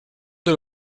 del